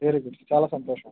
very good చాలా సంతోషం